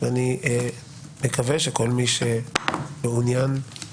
אני אכריח מישהו פרטי שיהיה